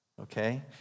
okay